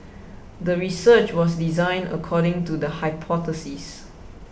the research was designed according to the hypothesis